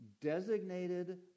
designated